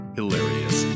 Hilarious